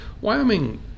Wyoming